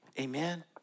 Amen